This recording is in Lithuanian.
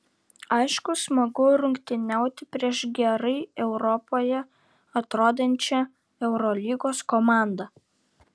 aišku smagu rungtyniauti prieš gerai europoje atrodančią eurolygos komandą